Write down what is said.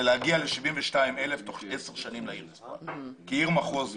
זה להגיע תוך 10 שנים ל-72,000 תושבים כעיר מחוז בצפון.